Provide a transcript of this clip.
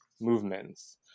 movements